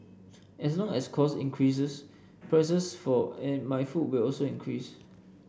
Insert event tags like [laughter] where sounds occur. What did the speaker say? as long as costs increases prices for [unintelligible] my food will also increase